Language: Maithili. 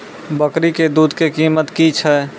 बकरी के दूध के कीमत की छै?